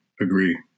Agree